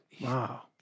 Wow